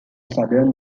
southern